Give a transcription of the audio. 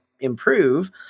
improve